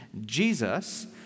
Jesus